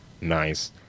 Nice